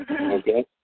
Okay